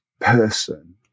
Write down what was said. person